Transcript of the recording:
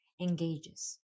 engages